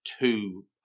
two